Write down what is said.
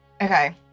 Okay